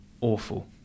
awful